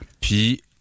Puis